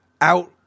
out